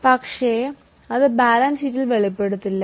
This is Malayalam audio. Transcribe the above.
പക്ഷേ അത് ബാലൻസ് ഷീറ്റിൽ വെളിപ്പെടുത്തിയിട്ടില്ല